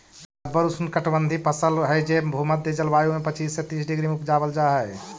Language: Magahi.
रबर ऊष्णकटिबंधी फसल हई जे भूमध्य जलवायु में पच्चीस से तीस डिग्री में उपजावल जा हई